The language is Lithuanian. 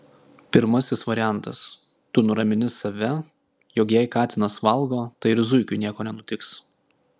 pirmasis variantas tu nuramini save jog jei katinas valgo tai ir zuikiui nieko nenutiks